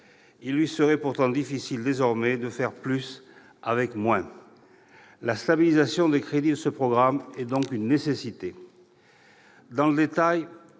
Il lui serait pourtant difficile désormais de faire plus avec moins. La stabilisation des crédits de ce programme est donc une nécessité. Dans le détail,